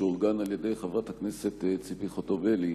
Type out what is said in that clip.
שאורגן על-ידי חברת הכנסת ציפי חוטובלי.